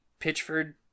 Pitchford